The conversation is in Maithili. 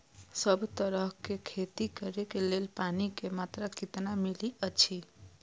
सब तरहक के खेती करे के लेल पानी के मात्रा कितना मिली अछि?